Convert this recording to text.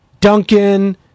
Duncan